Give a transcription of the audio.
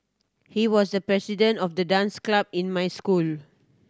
he was the president of the dance club in my school